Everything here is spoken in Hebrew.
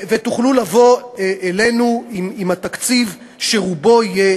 תוכלו לבוא אלינו עם התקציב כשרובו יהיה